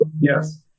Yes